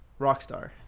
Rockstar